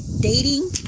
dating